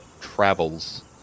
travels